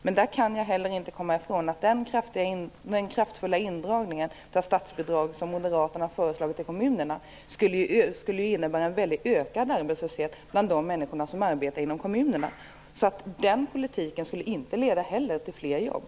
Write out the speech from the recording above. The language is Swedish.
Men jag kan inte komma ifrån att den kraftiga indragning av statsbidragen till kommunerna som moderaterna har föreslagit skulle innebära en väldigt ökad arbetslöshet bland de människor som arbetar inom kommunerna. Inte heller den politiken skulle alltså leda till fler jobb.